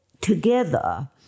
together